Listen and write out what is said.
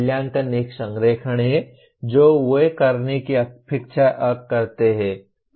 मूल्यांकन एक संरेखण है जो वे करने की अपेक्षा करते हैं